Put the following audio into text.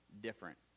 different